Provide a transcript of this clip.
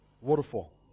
waterfall